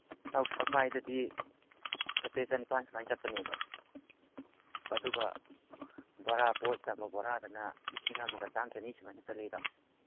ꯏꯇꯥꯎ ꯁꯪꯕꯥꯏꯗꯗꯤ ꯆꯇ꯭ꯔꯦꯠ ꯆꯅꯤꯄꯥꯟ ꯁꯨꯃꯥꯏ ꯆꯠꯄꯅꯦꯕ ꯑꯗꯨꯒ ꯕꯣꯔꯥ ꯄꯣꯠ ꯆꯟꯕ ꯕꯣꯔꯥꯗꯅ ꯂꯤꯁꯤꯡ ꯑꯃꯒ ꯆꯥꯝ ꯆꯅꯤ ꯁꯨꯃꯥꯏꯅ ꯆꯠꯂꯤ ꯏꯇꯥꯎ